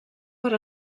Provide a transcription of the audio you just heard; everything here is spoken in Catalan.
per